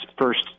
first